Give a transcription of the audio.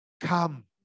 Come